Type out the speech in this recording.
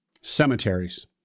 Cemeteries